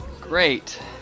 Great